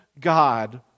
God